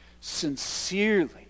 sincerely